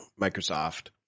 Microsoft